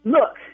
Look